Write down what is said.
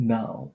Now